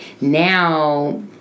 now